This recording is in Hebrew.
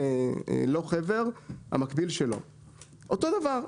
אותו דבר.